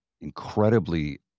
incredibly